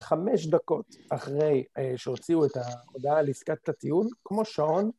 חמש דקות אחרי שהוציאו את ההודעה על עסקת הטיעון, כמו שעון.